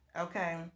Okay